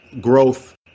growth